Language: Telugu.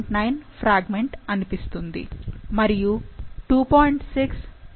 9 ఫ్రాగ్మెంట్ అనిపిస్తుంది మరియు 2